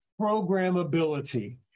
programmability